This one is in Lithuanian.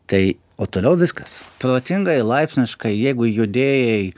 tai o toliau viskas protingai laipsniškai jeigu judėjai